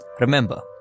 remember